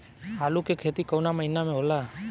आलू के खेती कवना महीना में होला?